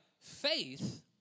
faith